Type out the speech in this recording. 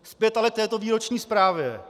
Zpět ale k této výroční zprávě.